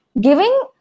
giving